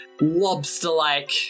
lobster-like